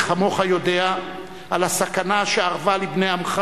מי כמוך יודע על הסכנה שארבה לבני עמך